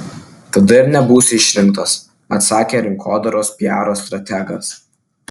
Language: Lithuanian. tada ir nebūsi išrinktas atsakė rinkodaros piaro strategas